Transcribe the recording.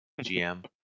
GM